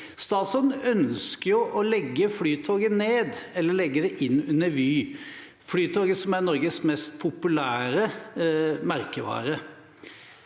Statsråden ønsker jo å legge ned Flytoget, eller å legge det inn under Vy – Flytoget, som er Norges mest populære merkevare.